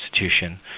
institution